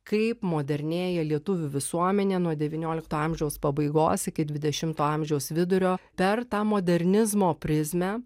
kaip modernėja lietuvių visuomenė nuo devyniolikto amžiaus pabaigos iki dvidešimto amžiaus vidurio per tą modernizmo prizmę